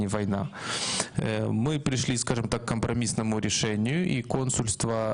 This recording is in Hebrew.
ביקשנו מממשלת ישראל להיכנס לנעלי האנשים,